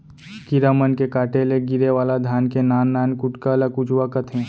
कीरा मन के काटे ले गिरे वाला धान के नान नान कुटका ल कुचवा कथें